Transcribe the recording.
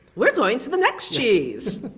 we're going to the next cheese,